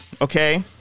Okay